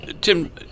Tim